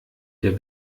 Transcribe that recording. der